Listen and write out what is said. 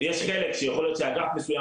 יש חלק שיכול להיות שאגף מסוים,